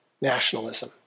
nationalism